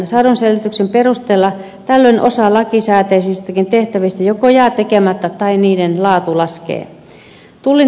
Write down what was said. saadun selvityksen perusteella tällöin osa lakisääteisistäkin tehtävistä joko jää tekemättä tai niiden laatu laskee